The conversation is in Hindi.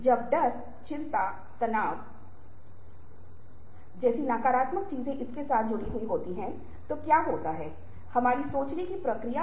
तो बेशक ये चीजें सरल नहीं हैं लेकिन मूल रूप से यह कुछ भी नहीं है लेकिन हमारे बचपन के अभ्यास और आदतें हैं